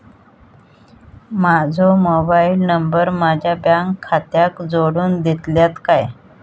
माजो mobile number माझ्या bank खात्याक जोडून दितल्यात काय?